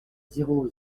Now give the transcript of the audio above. zéro